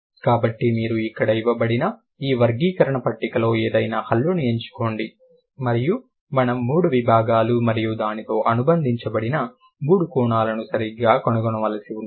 కాబట్టి మీరు ఇక్కడ ఇవ్వబడిన ఈ వర్గీకరణ పట్టికలో ఏదైనా హల్లును ఎంచుకోండి మరియు మనము మూడు విభాగాలు మరియు దానితో అనుబంధించబడిన మూడు కోణాలను సరిగ్గా కనుగొనవలసి ఉంటుంది